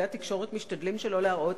כלי התקשורת משתדלים שלא להראות,